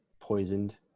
poisoned